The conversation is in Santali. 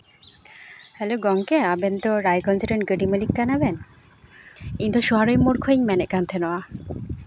ᱦᱮᱞᱳ ᱜᱚᱢᱠᱮ ᱟᱵᱮᱱ ᱫᱚ ᱨᱟᱭᱜᱚᱧᱡᱽ ᱨᱮᱱ ᱜᱟᱹᱰᱤ ᱢᱟᱹᱞᱤᱠ ᱠᱟᱱᱟ ᱵᱮᱱ ᱤᱧ ᱫᱚ ᱥᱚᱦᱟᱨᱚᱭ ᱢᱳᱲ ᱠᱷᱚᱱᱤᱧ ᱢᱮᱱᱮᱫ ᱠᱟᱱ ᱛᱟᱦᱮᱱᱚᱜᱼᱟ